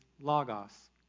logos